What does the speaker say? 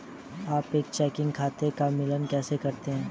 आप एक चेकिंग खाते का मिलान कैसे करते हैं?